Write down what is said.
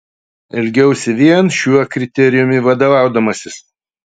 elgiausi vien šiuo kriterijumi vadovaudamasis